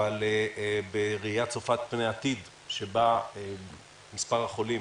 אבל בראייה צופת פני עתיד, שבה מספר החולים